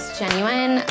genuine